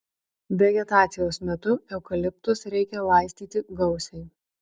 vegetacijos metu eukaliptus reikia laistyti gausiai